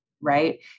right